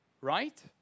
right